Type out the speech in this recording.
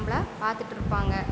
நம்பளை பார்த்துட்ருப்பாங்க